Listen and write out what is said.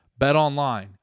BetOnline